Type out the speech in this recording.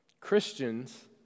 Christians